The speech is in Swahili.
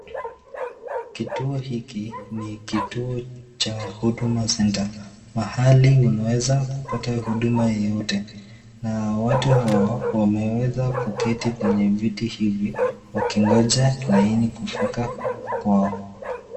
Kituo hiki ni kituo cha Huduma Center. Mahali unaweza kupata huduma yoyote. Na watu hawa wameweza kuketi kwenye viti hivi wakingoja laini kufika kwao.